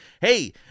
Hey